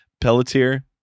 Pelletier